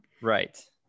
right